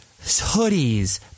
hoodies